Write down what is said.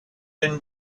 been